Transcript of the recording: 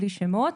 בלי שמות,